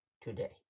today